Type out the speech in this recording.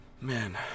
Man